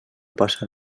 passa